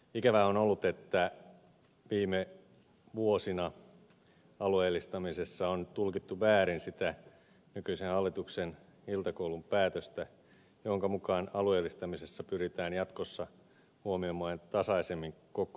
ikävää on ollut että viime vuosina alueellistamisessa on tulkittu väärin sitä nykyisen hallituksen iltakoulun päätöstä jonka mukaan alueellistamisessa pyritään jatkossa huomioimaan tasaisemmin koko maa